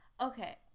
Okay